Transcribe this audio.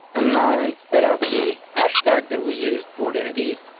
and now, instead of the hashtag that we used for the eighties,